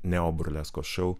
neo burleskos šou